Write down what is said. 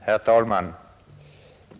Herr talman!